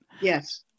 yes